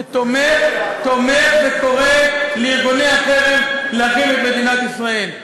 שתומך וקורא לארגוני החרם להחרים את מדינת ישראל.